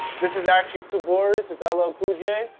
this is actually to boris. it's ah ll ah cool j.